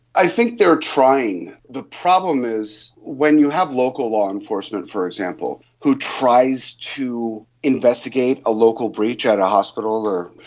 i think they are trying. the problem is when you have local law enforcement, for example, who tries to investigate a local breach at a hospital or,